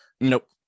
Nope